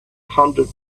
hundred